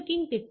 45 கிடைக்கும்